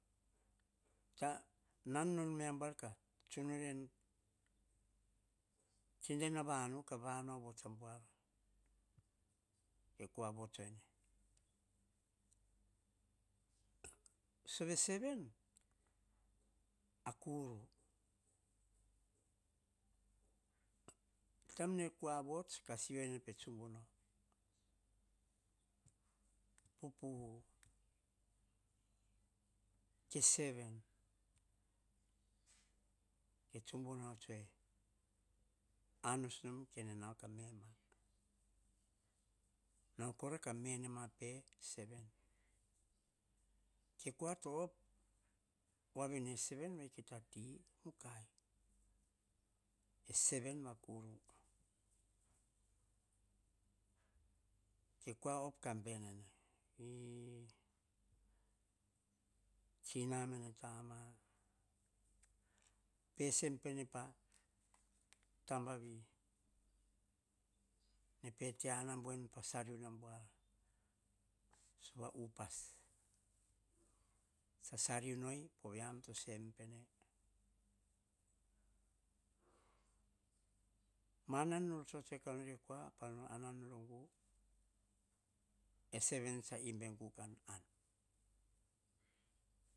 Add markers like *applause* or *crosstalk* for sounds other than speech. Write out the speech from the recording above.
Ka nan tsor me a buar, ka tsun nor en, tsin tena vanu, *unintelligible* e kua vots ene. Sove seven, a kuru, taim ne kua vots, ka sivene pe tsumbu no, pupu, ke seven? Ke tsumbuno tsue, anos nom kene nau ka me ma. Nau kora ka me ne ma pe seven. E kua to op, waveni e seven ki ta ti, mukai, e seven va karu. Ke kua op ka ben enene e tsina mene tama, pe sem pene pa tamba vi. Ne pe anambuei pa sariun ambuar. Sova upas, tsa sariun ei, pe yiam to seyem pene. Mar ror tso tsue ka nor e kua, panan anan nor egu, e seven tsa imbe gu kan an.